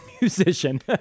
musician